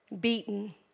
beaten